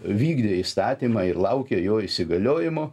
vykdė įstatymą ir laukė jo įsigaliojimo